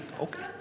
Okay